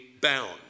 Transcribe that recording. bound